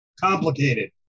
Complicated